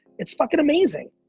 it's fucking amazing.